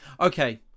okay